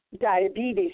diabetes